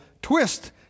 twist